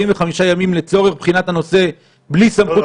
ימים לצורך בחינת הנושא בלי סמכות חוקית --- לא.